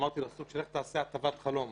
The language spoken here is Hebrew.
אמרתי לו סוג של לך תעשה הטבת חלום